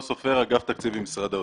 התקציבים.